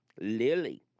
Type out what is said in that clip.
Lily